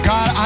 God